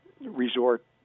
resort